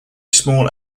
small